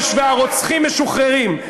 והרוצחים משוחררים.